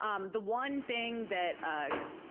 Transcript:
um the one thing that ah